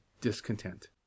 Discontent